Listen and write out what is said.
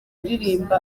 aririmba